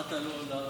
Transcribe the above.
נתת לו להרחיב.